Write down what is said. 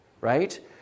right